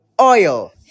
oil